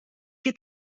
que